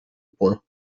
point